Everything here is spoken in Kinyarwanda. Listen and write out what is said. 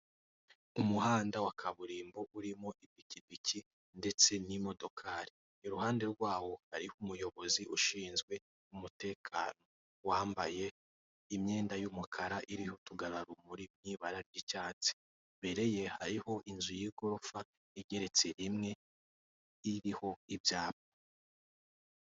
Umuhanda wa kaburimbo urimo ipikipiki ndetse n' imodokari. Iruhande rwawo hari umuyobozi ushinzwe umutekano wambaye imyenda y' umukara iri utugararumuri tw' ibara ry' icyatsi, imbere ye hariho inzu y' igorofa igeretse rimwe iriho ibyapa.